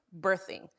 birthing